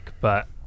but-